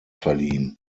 verliehen